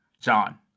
John